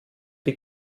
die